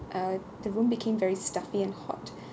uh the room became very stuffy and hot